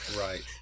Right